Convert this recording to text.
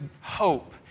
hope